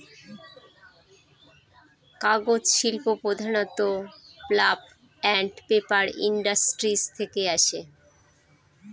কাগজ শিল্প প্রধানত পাল্প আন্ড পেপার ইন্ডাস্ট্রি থেকে আসে